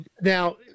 Now